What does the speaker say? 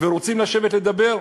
ורוצים לשבת לדבר?